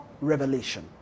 revelation